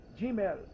Gmail